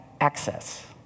access